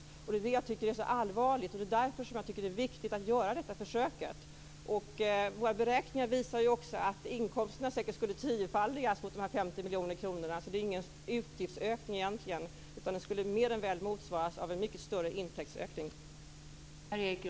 Det är detta som jag tycker är så allvarligt, och det är därför jag tycker att det är viktigt att göra detta försök. Våra beräkningar visar också att inkomsterna säkert skulle tiofaldigas utifrån de här 50 miljoner kronorna. Detta är alltså egentligen ingen utgiftsökning, utan det skulle mer än väl motsvaras av en mycket större intäktsökning.